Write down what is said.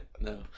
no